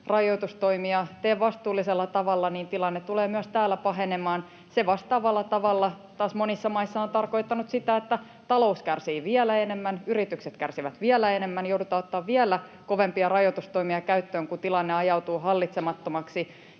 rajoitustoimia tee vastuullisella tavalla, niin tilanne tulee myös täällä pahenemaan. Se vastaavalla tavalla taas monissa maissa on tarkoittanut sitä, että talous kärsii vielä enemmän, yritykset kärsivät vielä enemmän ja joudutaan ottamaan vielä kovempia rajoitustoimia käyttöön, kun tilanne ajautuu hallitsemattomaksi